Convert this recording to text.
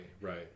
Right